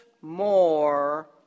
more